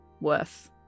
worth